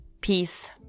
peace